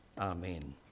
Amen